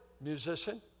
musician